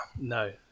No